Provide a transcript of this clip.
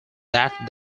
that